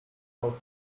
out